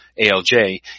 ALJ